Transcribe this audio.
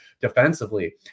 defensively